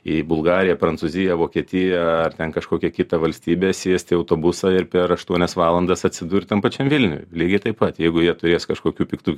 į bulgariją prancūziją vokietiją ar ten kažkokią kitą valstybę sėsti į autobusą ir per aštuonias valandas atsidurt tam pačiam vilniuje lygiai taip pat jeigu jie turės kažkokių piktų